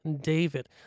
David